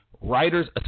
Writers